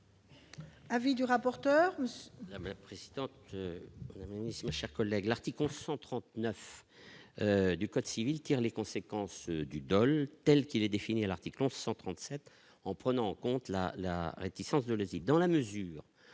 Avis du rapporteur.